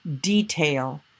detail